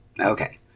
Okay